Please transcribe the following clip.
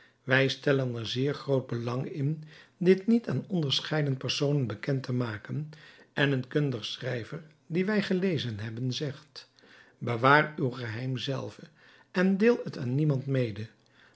wij stellen er zeer groot belang in dit niet aan onderscheiden personen bekend te maken en een kundig schrijver dien wij gelezen hebben zegt bewaar uw geheim zelve en deel het aan niemand mede